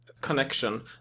connection